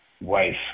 wife